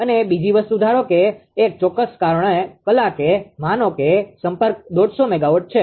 અને બીજી વસ્તુ ધારો કે એક ચોક્કસ કલાકે માનો કે સંપર્ક 150 મેગાવોટ છે